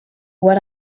what